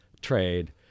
trade